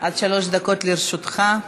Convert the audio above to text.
עד שלוש דקות לרשותך.